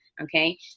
okay